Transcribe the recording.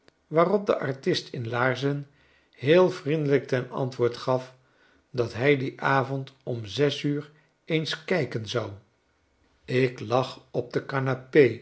waarop de artist in laarzen heel vriendelijk ten antwoord gaf dat hij dien avond om zes uur eens kijken zou ik lag op de